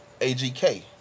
AGK